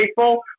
faithful